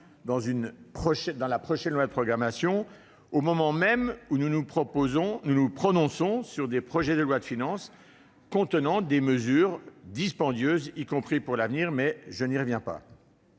dans la prochaine loi de programmation, au moment même où nous nous prononçons sur des projets de lois de finances comportant des mesures dispendieuses, y compris pour l'avenir. Mais je n'y reviens pas.